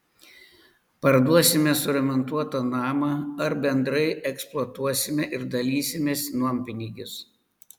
parduosime suremontuotą namą ar bendrai eksploatuosime ir dalysimės nuompinigius